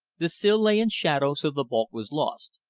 the sill lay in shadow so the bulk was lost,